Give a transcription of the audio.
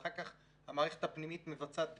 ואחר כך המערכת הפנימית מבצעת בדיקות.